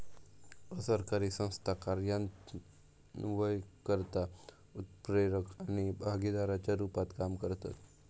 असरकारी संस्था कार्यान्वयनकर्ता, उत्प्रेरक आणि भागीदाराच्या रुपात काम करतत